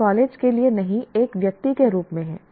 यह कॉलेज के लिए नहीं एक व्यक्ति के रूप में है